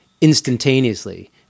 instantaneously